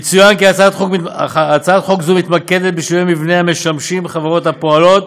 יצוין כי הצעת חוק זו מתמקדת בשינויי מבנה המשמשים חברות הפועלות,